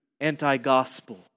Anti-gospel